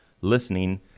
listening